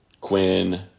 Quinn